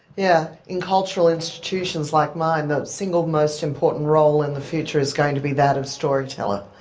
yeah, in cultural institutions like mine, the single most important role in the future is going to be that of story teller.